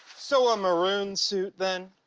so, a maroon suit, then?